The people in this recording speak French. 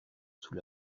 sous